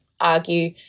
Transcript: argue